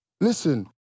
Listen